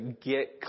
get